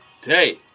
today